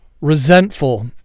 Resentful